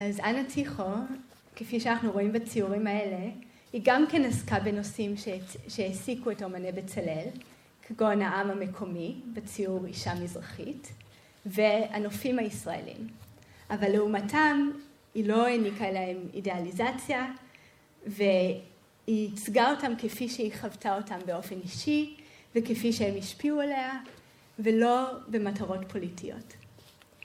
אז אנה טיכו, כפי שאנחנו רואים בציורים האלה, היא גם כן עסקה בנושאים שהעסיקו את אמני בצלאל, כגון העם המקומי בציור אישה מזרחית והנופים הישראלים. אבל לעומתם, היא לא העניקה להם אידאליזציה והיא ייצגה אותם כפי שהיא חוותה אותם באופן אישי וכפי שהם השפיעו עליה ולא במטרות פוליטיות.